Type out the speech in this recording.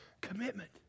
commitment